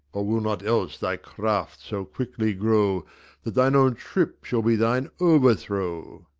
or will not else thy craft so quickly grow that thine own trip shall be thine overthrow?